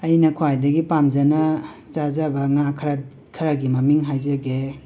ꯑꯩꯅ ꯈ꯭ꯋꯥꯏꯗꯒꯤ ꯄꯥꯝꯖꯅ ꯆꯥꯖꯕ ꯉꯥ ꯈꯔ ꯈꯔꯒꯤ ꯃꯃꯤꯡ ꯍꯥꯏꯖꯒꯦ